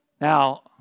Now